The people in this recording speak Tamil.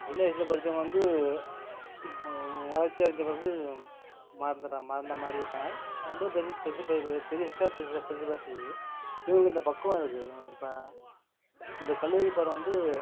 சின்ன வயசில் படித்தவங்க வந்து வளர்ச்சி அடைந்த பிறகு மறந்துடுறான் மறந்த மாதிரி இருக்காங்க ரொம்ப பெருசு பெருசு பெருசாக பெருசு பெருசுப்படுத்துவது இல்லை இவங்களுக்கு இந்த பக்குவம் இருக்குது இப்போ இந்த கல்லூரி பருவம் வந்து